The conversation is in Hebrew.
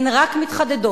הן רק מתחדדות.